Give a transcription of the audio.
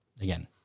Again